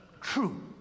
true